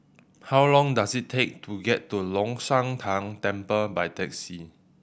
how long does it take to get to Long Shan Tang Temple by taxi